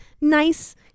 nice